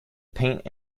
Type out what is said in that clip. paint